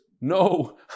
no